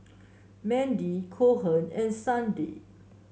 Mandy Cohen and Sunday